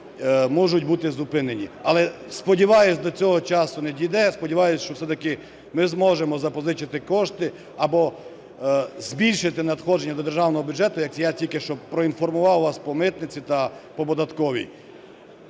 можуть бути зупинені. Але, сподіваюсь, до цього часу не дійде. Сподіваюсь, що все-таки ми зможемо запозичити кошти або збільшити надходження до державного бюджету, як я тільки що проінформував вас по митниці та по податковій.